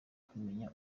kumenya